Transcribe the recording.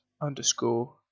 underscore